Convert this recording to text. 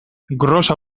gros